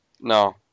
No